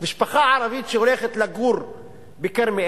משפחה ערבית שהולכת לגור בכרמיאל,